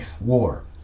war